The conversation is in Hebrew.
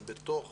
זה בתוך